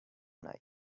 night